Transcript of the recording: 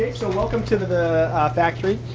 so welcome to the factory.